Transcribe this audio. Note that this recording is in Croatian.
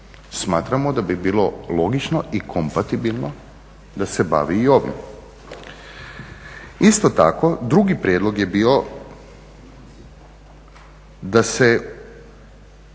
smatramo da bi bilo logično i kompatibilno da se bavi i ovim. Isto tako, drugi prijedlog je bio da se